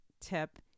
tip